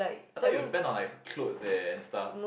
I thought you spend on like clothes eh and stuff